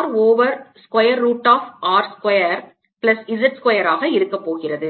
R over square root of R square plus z square ஆக இருக்கபோகிறது